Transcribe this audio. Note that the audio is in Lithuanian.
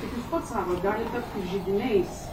kaip jūs pats sakot gali tapti židiniais